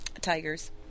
tigers